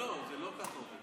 לא, לא, זה לא עובד ככה.